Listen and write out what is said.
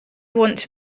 want